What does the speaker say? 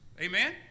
Amen